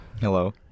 Hello